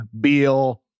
Beal